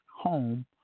home